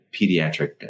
pediatric